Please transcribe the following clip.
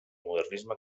modernisme